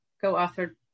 co-authored